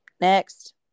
Next